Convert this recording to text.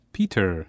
Peter